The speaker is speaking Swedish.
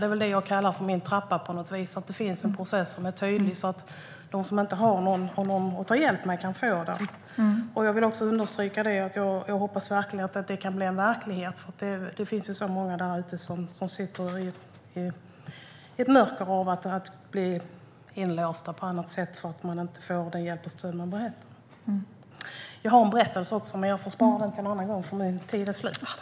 Det är på något vis det jag kallar för min trappa, att det finns en process som är tydlig så att de som inte har någon att ta hjälp av kan få den. Jag hoppas att det kan bli en verklighet. Det finns så många därute som sitter i ett mörker eller blir inlåsta på annat sätt eftersom de inte får den hjälp och det stöd de behöver. Jag har också en berättelse. Men jag får spara den till en annan gång eftersom min talartid är slut.